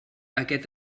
aquest